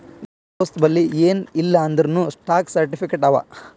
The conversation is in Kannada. ನಮ್ ದೋಸ್ತಬಲ್ಲಿ ಎನ್ ಇಲ್ಲ ಅಂದೂರ್ನೂ ಸ್ಟಾಕ್ ಸರ್ಟಿಫಿಕೇಟ್ ಅವಾ